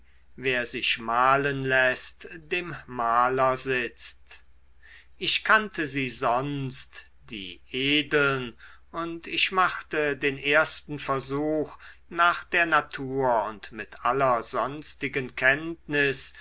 wer sich malen läßt dem maler sitzt ich kannte sie sonst die edeln und ich machte den ersten versuch nach der natur und mit aller sonstigen kenntnis